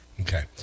Okay